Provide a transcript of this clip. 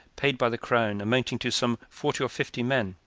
paid by the crown, amounting to some forty or fifty men.